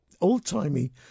old-timey